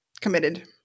committed